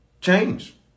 change